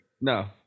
no